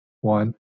One